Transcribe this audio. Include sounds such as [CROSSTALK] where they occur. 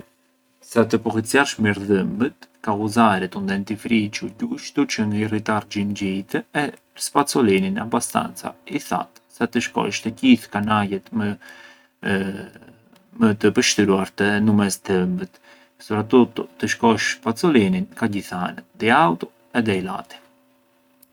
Sa të pullicjarsh mirë dhëmbët, ka ghuzaret un dentrificiu gjushtu çë ngë irritar xhinxhijtë e spacolinin abbastanza i thatë sa të shkosh te gjithë kanajet më [HESITATION] më të pështruar nëmestrë dhëmbet, soprattuttu të shkosh spacolinin ka gjithë anët di autu e dai lati.